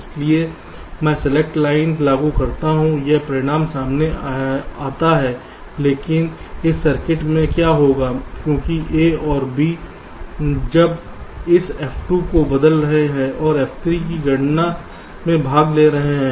इसलिए मैं select line लागू करता हूं यह परिणाम सामने आता है लेकिन इस सर्किट में क्या होगा क्योंकि A और B इस F2 को बदल रहे हैं और F3 भी गणना में भाग ले रहे हैं